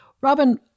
Robin